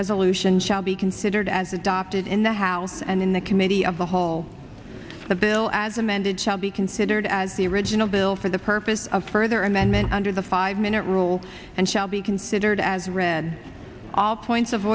resolution shall be considered as adopted in the house and in the committee of the whole the bill as amended shall be considered as the original bill for the purpose of further amendment under the five minute rule and shall be considered as read all points of